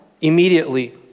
immediately